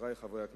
חברי חברי הכנסת,